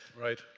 Right